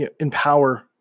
empower